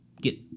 get